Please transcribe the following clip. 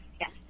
Yes